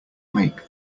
make